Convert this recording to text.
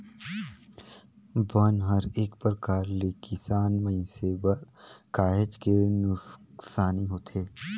बन हर एक परकार ले किसान मइनसे बर काहेच के नुकसानी होथे